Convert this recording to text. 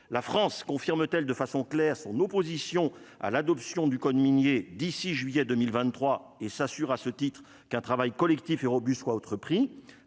la France confirme-t-elle de façon claire, son opposition à l'adoption du code minier d'ici juillet 2023 et s'assure à ce titre qu'un travail collectif et robuste entrepris à